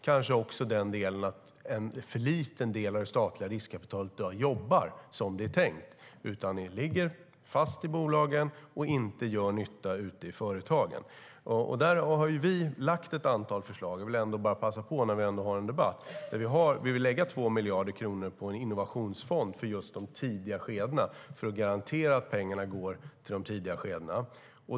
Kritiken gäller kanske också att en för liten del av det statliga riskkapitalet i dag jobbar som det är tänkt utan i stället ligger fast i bolagen och inte gör nytta ute i företagen. Där har vi lagt fram ett antal förslag - jag vill passa på när vi ändå har en debatt - där vi vill lägga 2 miljarder kronor på en innovationsfond för just de tidiga skedena, alltså för att garantera att pengarna går till de tidiga skedena.